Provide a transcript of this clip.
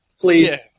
Please